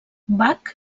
bach